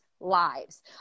lives